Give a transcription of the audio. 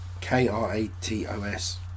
K-R-A-T-O-S